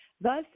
thus